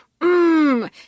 Mmm